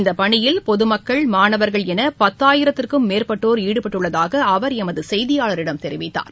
இந்தப் பணியில் பொதுமக்கள் மாணவர்கள் என பத்தாயிரத்திற்கும் மேற்பட்டோர் ஈடுபட்டுள்ளதாக அவர் எமது செய்தியாளரிடம் தெரிவித்தார்